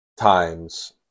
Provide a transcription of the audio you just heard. times